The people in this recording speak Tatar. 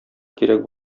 кирәк